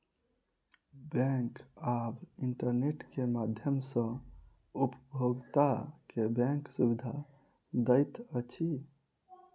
bank आब internet के माध्यम सॅ उपभोगता के बैंक सुविधा दैत अछि